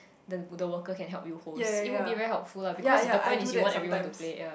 the the the worker can help you host it will be very helpful lah because the point is you want everyone to play ya